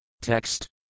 text